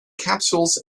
capsules